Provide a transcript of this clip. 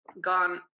gone